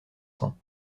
cents